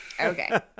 okay